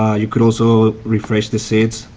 ah you could also refresh the seats.